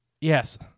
Yes